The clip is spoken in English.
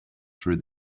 through